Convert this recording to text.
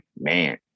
man